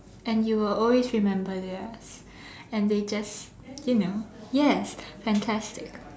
and you will always remember theirs and they just you know yes fantastic